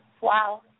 Wow